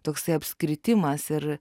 toksai apskritimas ir